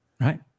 Right